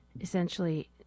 essentially